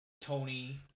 Tony